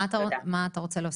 מה אתה רוצה להוסיף?